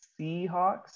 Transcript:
seahawks